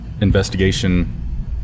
investigation